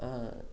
ஆ